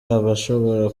abashobora